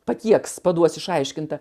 patieks paduos išaiškintą